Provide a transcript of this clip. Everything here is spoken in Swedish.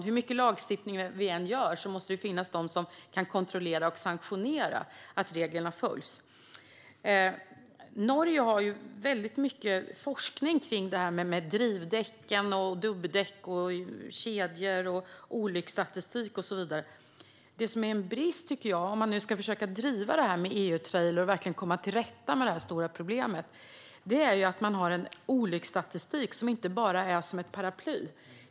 Hur mycket lagstiftning det än finns måste det finnas de som kan kontrollera att reglerna följs och utdöma sanktioner. I Norge finns mycket forskning om drivdäck, dubbdäck, kedjor, olycksstatistik och så vidare. Om vi ska driva frågan om EU-trailer och komma till rätta med det stora problemet måste det finnas en olycksstatistik som inte bara fungerar som ett paraply.